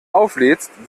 auflädst